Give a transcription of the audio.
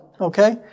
Okay